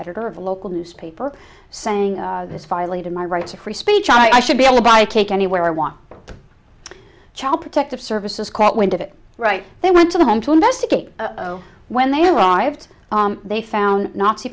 editor of a local newspaper saying this violated my rights of free speech and i should be able to buy cake anywhere i want child protective services caught wind of it right they went to the home to investigate when they arrived they found nazi